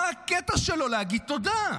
מה הקטע שלו להגיד תודה?